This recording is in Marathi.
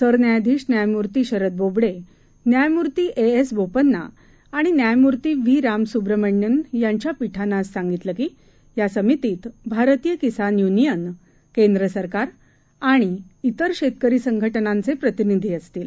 सरन्यायाधीश न्यायमूर्ती शरद बोबडे न्यायमूर्ती ए एस बोपन्ना आणि न्यायमूर्ती व्ही रामसुब्रम्हाण्यन यांच्या पीठानं आज सांगितलं की या समितीत भारतीय किसान यूनियन केंद्र सरकार आणि त्रेर शेतकरी संघटनांचे प्रतिनिधी असतील